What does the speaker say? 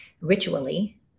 ritually